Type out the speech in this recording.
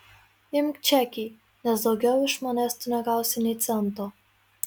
imk čekį nes daugiau iš manęs tu negausi nė cento